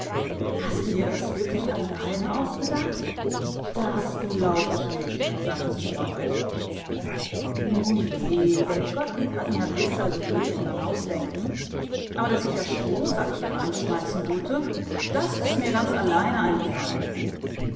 lachen haste dir das wirklich alleine ausgedacht das glaub ich nich sagte sie freundlich nu je der gottlieb hat mir a bissel gehulfen beim ausdenken aber daß ich a strohsack hier reinschmeißen wullte das is mir ganz alleine eingefallen